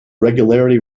regularity